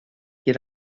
get